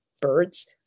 birds